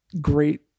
great